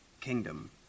kingdom